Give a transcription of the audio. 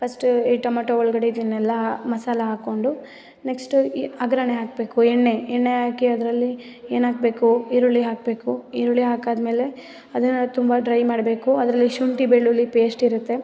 first ಈ tomato ಒಳಗಡೆ ಇದನ್ನೆಲ್ಲ ಮಸಾಲ ಹಾಕ್ಕೊಂಡು ನೆಕ್ಸ್ಟು ಈ ಒಗ್ರಣೆ ಹಾಕಬೇಕು ಎಣ್ಣೆ ಎಣ್ಣೆ ಹಾಕಿ ಅದರಲ್ಲಿ ಏನು ಹಾಕ್ಬೇಕು ಈರುಳ್ಳಿ ಹಾಕಬೇಕು ಈರುಳ್ಳಿ ಹಾಕಾದಮೇಲೆ ಅದನ್ನು ತುಂಬ ಡ್ರೈ ಮಾಡಬೇಕು ಅದರಲ್ಲಿ ಶುಂಠಿ ಬೆಳ್ಳುಳ್ಳಿ ಪೇಶ್ಟ್ ಇರುತ್ತೆ